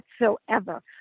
whatsoever